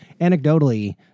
anecdotally